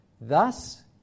Thus